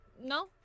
no